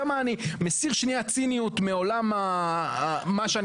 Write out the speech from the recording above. אני מסיר שנייה ציניות מעולם מה שאני